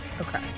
Okay